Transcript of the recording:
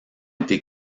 été